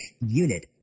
unit